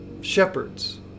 shepherds